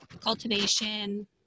cultivation